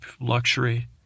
luxury